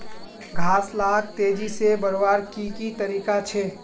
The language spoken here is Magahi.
घास लाक तेजी से बढ़वार की की तरीका छे?